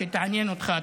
שתעניין אותך,